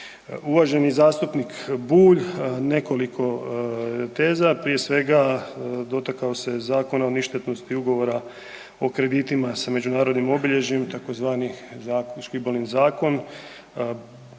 Uvaženi zastupnik Bulj nekoliko teza, prije svega dotakao se Zakona o ništetnosti ugovora o kreditima sa međunarodnim obilježjima tzv. Škibolin zakon.